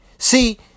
See